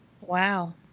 Wow